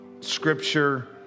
Scripture